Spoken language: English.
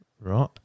Right